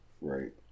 Right